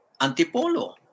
Antipolo